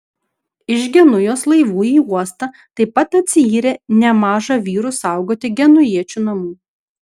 iš genujos laivų į uostą taip pat atsiyrė nemaža vyrų saugoti genujiečių namų